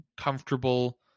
comfortable